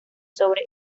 sobre